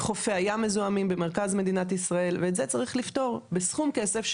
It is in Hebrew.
חופי הים מזוהמים במרכז מדינת ישראל ואת זה צריך לפתור בסכום כסף,